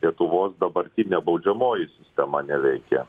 lietuvos dabartinė baudžiamoji sistema neveikia